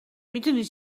میدونی